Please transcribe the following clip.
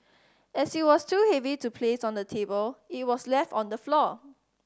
as it was too heavy to placed on the table it was left on the floor